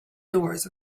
doors